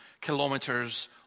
kilometers